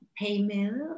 Paymill